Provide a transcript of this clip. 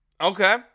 Okay